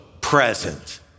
present